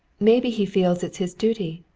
maybe he feels it's his duty.